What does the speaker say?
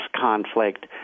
conflict